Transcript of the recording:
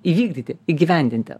įvykdyti įgyvendinti